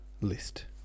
list